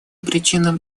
причинам